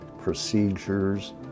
procedures